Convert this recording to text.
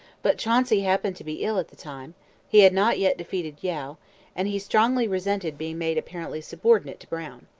but chauncey happened to be ill at the time he had not yet defeated yeo and he strongly resented being made apparently subordinate to brown.